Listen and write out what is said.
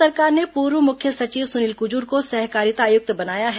राज्य सरकार ने पूर्व मुख्य सचिव सुनील कुजूर को सहकारिता आयुक्त बनाया है